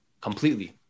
completely